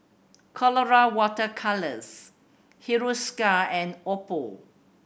Colora Water Colours Hiruscar and Oppo